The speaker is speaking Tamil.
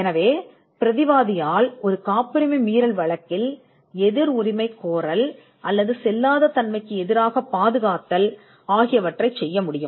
எனவே பிரதிவாதியால் காப்புரிமை மீறல் வழக்கில் எதிர் உரிமைகோரல் அல்லது செல்லுபடியாகாத பாதுகாப்பை எழுப்ப முடியும்